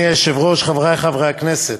אדוני היושב-ראש, חברי חברי הכנסת,